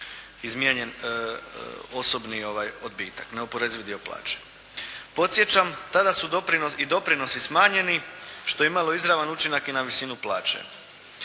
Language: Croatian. izmijenjen osobni odbitak, neoporezivi dio plaće. Podsjećam, tada su i doprinosi smanjeni što je imalo izravan učinak i na visinu plaće.